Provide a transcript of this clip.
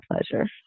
pleasure